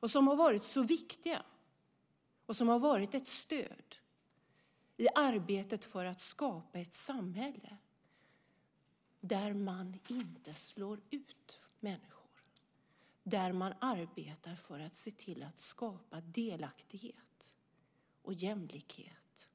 De har ju varit så viktiga och har varit ett stöd i arbetet för att skapa ett samhälle där man inte slår ut människor, där man arbetar för att se till att skapa delaktighet och jämlikhet,